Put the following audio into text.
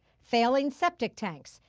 failing septic tanks,